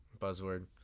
buzzword